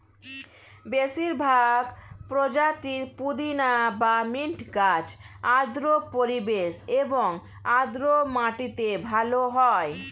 বেশিরভাগ প্রজাতির পুদিনা বা মিন্ট গাছ আর্দ্র পরিবেশ এবং আর্দ্র মাটিতে ভালো হয়